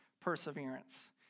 perseverance